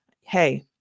hey